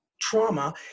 trauma